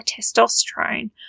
testosterone